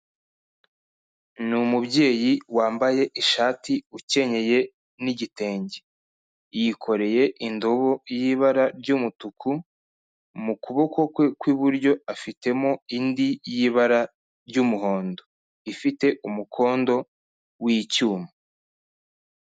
Ni umubyeyi wambaye ishati ukenyeye n'igitenge, yikoreye indobo y'ibara ry'umutuku, mu kuboko kwe kw'iburyo afitemo indi y'ibara ry'umuhondo, ifite umukondo w'icyuma.